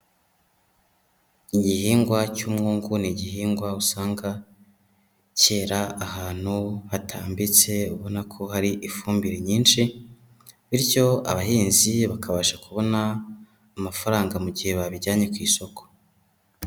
Igihingwa cy'umwungu ni gihingwa usanga cyera ahantu hatambitse, ubona ko hari ifumbire nyinshi bityo abahinzi bakabasha kubona amafaranga mu gihe babijyanye ku isoko.